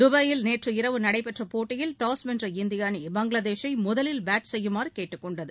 துபாயில் நேற்று இரவு நடைபெற்ற போட்டியில் டாஸ் வென்ற இந்திய அணி பங்களாதேசை முதலில் பேட் செய்யுமாறு கேட்டுக் கொண்டது